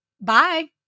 Bye